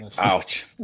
Ouch